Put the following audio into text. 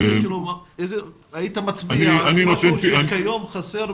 על מה היית מצביע ואומר שהיום חסר?